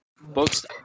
Books